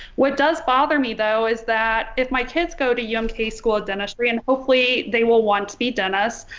what does bother me though is that if my kids go to yeah umkc school dentistry and hopefully they will want to be dentist.